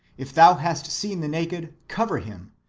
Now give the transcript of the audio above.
if thou hast seen the naked, cover him,